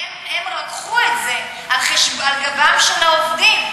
הם רקחו את זה על גבם של העובדים.